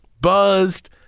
buzzed